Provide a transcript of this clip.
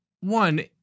one